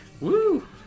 Woo